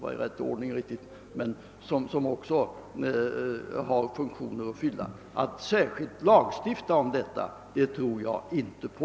Att man skulle införa en särskild lagstiftning tror jag inte på.